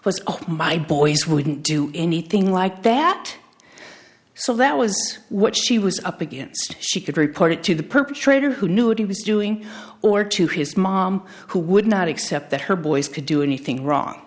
was my boys wouldn't do anything like that so that was what she was up against she could report it to the perpetrator who knew what he was doing or to his mom who would not accept that her boys could do anything wrong